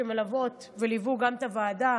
שמלוות וליוו גם את הוועדה